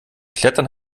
klettern